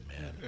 man